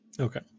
Okay